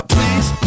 Please